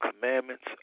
commandments